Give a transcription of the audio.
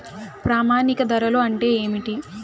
ప్రామాణిక ధరలు అంటే ఏమిటీ?